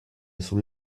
sul